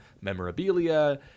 memorabilia